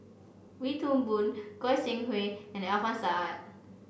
Wee Toon Boon Goi Seng Hui and Alfian Sa'at